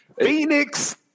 Phoenix